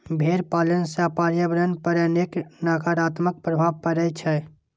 भेड़ पालन सं पर्यावरण पर अनेक नकारात्मक प्रभाव पड़ै छै